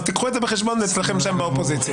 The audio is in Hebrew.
אז קחו את זה בחשבון אצלכם שם באופוזיציה.